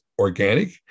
organic